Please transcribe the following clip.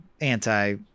anti